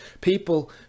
People